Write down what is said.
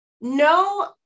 No